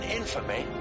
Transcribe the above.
infamy